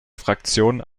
fraktion